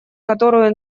которую